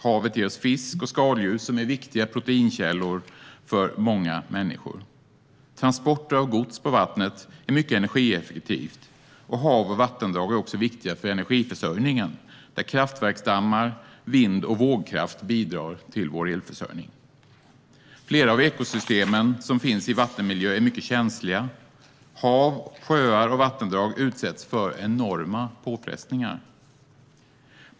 Havet ger oss fisk och skaldjur som är viktiga proteinkällor för många människor. Att transportera gods på vatten är mycket energieffektivt. Hav och vattendrag är också viktiga för energiförsörjningen, där kraftverksdammar och vind och vågkraft bidrar till vår elförsörjning. Flera av ekosystemen som finns i vattenmiljö är mycket känsliga. Hav, sjöar och vattendrag utsätts för enorma påfrestningar.